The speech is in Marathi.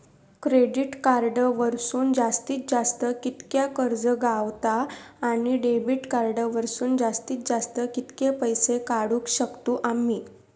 क्रेडिट कार्ड वरसून जास्तीत जास्त कितक्या कर्ज गावता, आणि डेबिट कार्ड वरसून जास्तीत जास्त कितके पैसे काढुक शकतू आम्ही?